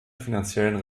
finanziellen